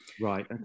Right